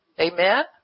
Amen